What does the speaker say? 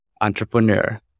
entrepreneur